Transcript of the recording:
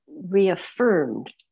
reaffirmed